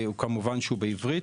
וכמובן שהוא בעברית.